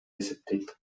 эсептейт